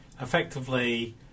effectively